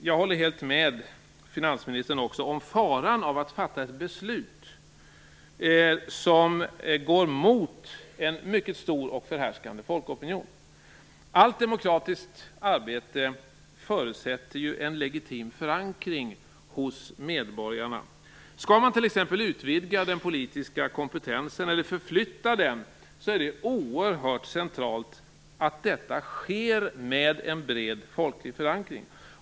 Jag håller helt med finansministern om faran av att fatta ett beslut som går emot en mycket stor och förhärskande folkopinion. Allt demokratiskt arbete förutsätter en legitim förankring hos medborgarna. Om man t.ex. skall utvidga den politiska kompetensen eller förflytta den är det oerhört centralt att detta sker med en bred folklig förankring.